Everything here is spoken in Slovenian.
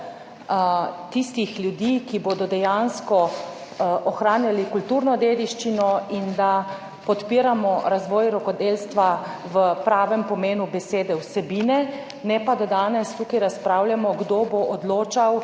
tistih ljudi, ki bodo dejansko ohranjali kulturno dediščino in da podpiramo razvoj rokodelstva v pravem pomenu besede, vsebine, ne pa, da danes tukaj razpravljamo kdo bo odločal